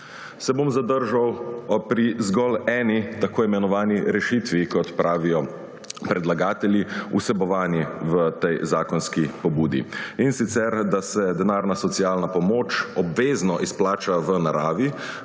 se bom pri zgolj eni tako imenovani rešitvi, kot pravijo predlagatelji, vsebovani v tej zakonski pobudi, in sicer da se denarna socialna pomoč obvezno izplača v naravi